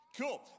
cool